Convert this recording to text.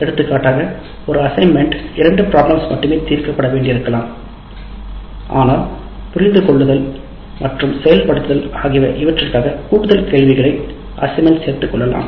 எடுத்துக்காட்டாக ஒரு அசைன்மென்ட் இரண்டு பிராப்ளம்ஸ் மட்டுமே கேட்கப்பட வேண்டியிருக்கலாம் ஆனால் புரிந்துகொள்வதில் உறுதிப்படுத்தவும் அதை செய்யும் செயல் திறனை கணிப்பதில் கூடுதலான கேள்விகளை அசைன்மென்ட் சேர்த்துக்கொள்ளலாம்